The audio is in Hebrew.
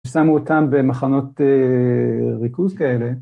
שמו אותם במחנות ריכוז כאלה.